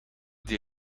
die